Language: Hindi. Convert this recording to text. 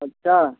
अच्छा